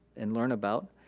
and learn about.